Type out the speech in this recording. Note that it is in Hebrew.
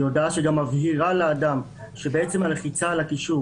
היא הודעה שגם מבהירה לאדם שבעצם הלחיצה על הקישור